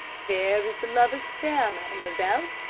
there is the lovers' chair, mademoiselle,